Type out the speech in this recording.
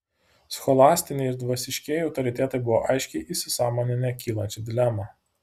scholastiniai ir dvasiškieji autoritetai buvo aiškiai įsisąmoninę kylančią dilemą